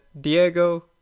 Diego